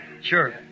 Sure